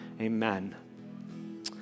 Amen